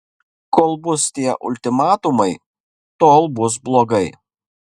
kol bus tie ultimatumai tol bus blogai